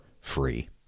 free